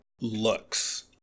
looks